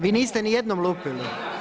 Vi niste ni jednom lupili?